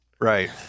Right